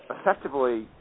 Effectively